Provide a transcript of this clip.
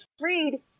Read